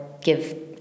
give